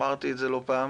ואמרתי את זה לא פעם,